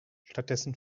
stattdessen